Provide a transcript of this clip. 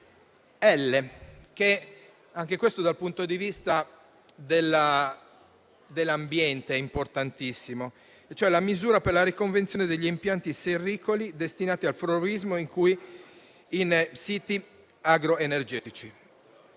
Il punto *l),* dal punto di vista dell'ambiente importantissimo, reca la misura per la riconversione degli impianti serricoli destinati al florovivaismo in siti agroenergetici.